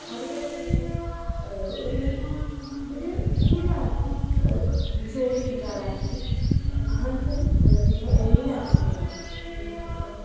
അതുപോലെത്തന്നെ ഒരു ഒരു ഏതൊരാൾക്കും ഇപ്പോൾ ജോലി ചെയ്യുന്ന ഒരാളാണെങ്കിൽ ആൺ പെൺ വേർതിരിവ് എല്ലായിടത്തും വരുന്നുണ്ട് ഇപ്പം